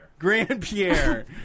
Grandpierre